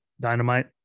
Dynamite